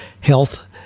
health